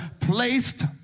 placed